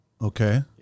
Okay